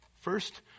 First